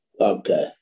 Okay